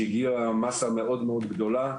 שהגיעה מסה מאוד מאוד גדולה,